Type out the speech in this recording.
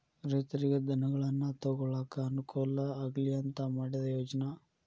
ರೈತರಿಗೆ ಧನಗಳನ್ನಾ ತೊಗೊಳಾಕ ಅನಕೂಲ ಆಗ್ಲಿ ಅಂತಾ ಮಾಡಿದ ಯೋಜ್ನಾ